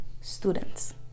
students